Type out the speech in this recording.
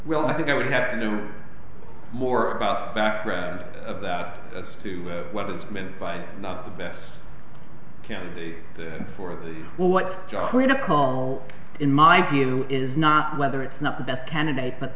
well i think i would have to know more about the background of that as to whether this meant by not the best candidate for the well what joslin to call in my view is not whether it's not the best candidate but